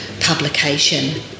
publication